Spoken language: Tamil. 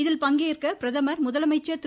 இதில் பங்கேற்க பிரதமர் முதலமைச்சர் திரு